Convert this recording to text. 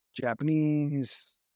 Japanese